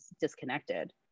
disconnected